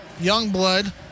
Youngblood